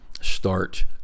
start